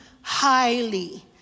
highly